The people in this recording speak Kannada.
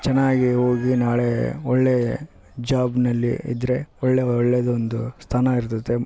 ಚೆನ್ನಾಗಿ ಹೋಗಿ ನಾಳೇ ಒಳ್ಳೇ ಜಾಬ್ನಲ್ಲಿ ಇದ್ರೆ ಒಳ್ಳೇ ಒಳ್ಳೆದೊಂದು ಸ್ಥಾನ ಇರ್ತೈತೆ